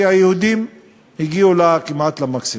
כי היהודים הגיעו כמעט למקסימום.